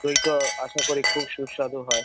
দইটা আশা করি খুব সুস্বাদু হয়